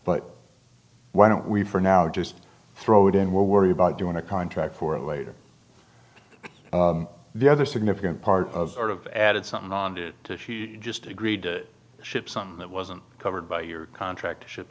but why don't we for now just throw it in we'll worry about doing a contract for it later the other significant part of our of added something on it just agreed to ship something that wasn't covered by your contract to ship